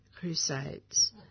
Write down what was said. crusades